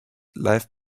life